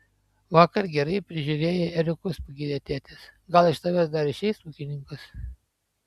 vakar gerai prižiūrėjai ėriukus pagyrė tėtis gal iš tavęs dar išeis ūkininkas